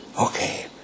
Okay